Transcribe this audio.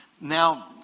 now